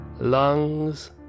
lungs